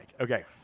Okay